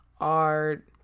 art